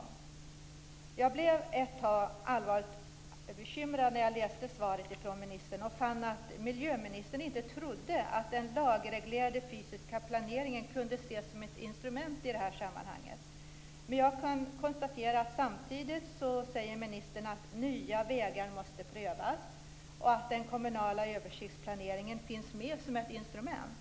Ett tag blev jag allvarligt bekymrad när jag läste svaret från ministern och fann att miljöministern inte trodde att den lagreglerade fysiska planeringen kunde ses som ett instrument i det här sammanhanget. Men jag kan konstatera att samtidigt säger ministern att nya vägar måste prövas och att den kommunala översiktsplaneringen finns med som ett instrument.